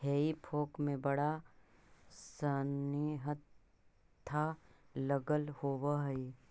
हेई फोक में बड़ा सानि हत्था लगल होवऽ हई